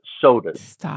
sodas